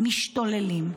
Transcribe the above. משתוללים.